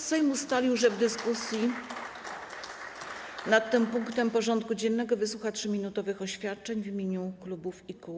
Sejm ustalił, że w dyskusji nad tym punktem porządku dziennego wysłucha 3-minutowych oświadczeń w imieniu klubów i kół.